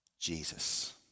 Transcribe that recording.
Jesus